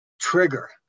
trigger